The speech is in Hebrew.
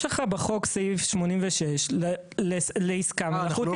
יש לך בחוק, סעיף 86, לעסקה מלאכותית.